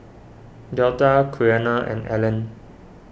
Delta Quiana and Allen